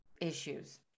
issues